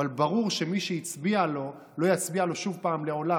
אבל ברור שמי שהצביע לו לא יצביע לו שוב פעם לעולם.